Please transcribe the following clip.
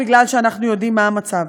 מכיוון שאנחנו יודעים מה המצב.